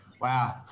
wow